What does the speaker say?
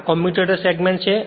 આ commutator segment છે